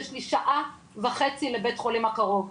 יש לי נסיעה של שעה וחצי לבית החולים הקרוב,